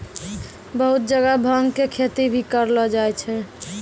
बहुत जगह भांग के खेती भी करलो जाय छै